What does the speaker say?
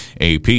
AP